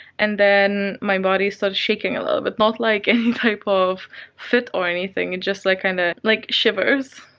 and then my body starts shaking a little bit not like any type of fit or anything and just like, kinda, kind of like shivers.